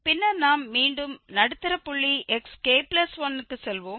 பின்னர் நாம் மீண்டும் நடுத்தர புள்ளி xk1 க்கு செல்வோம்